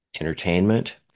entertainment